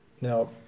now